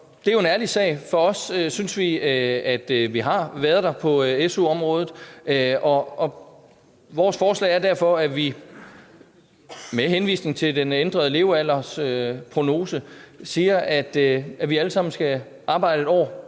det er jo en ærlig sag for os, synes vi, at vi har været der på SU-området. Vores forslag er derfor, at vi med henvisning til den ændrede levealderprognose siger, at vi alle sammen skal arbejde 1 år